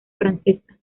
francesa